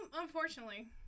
unfortunately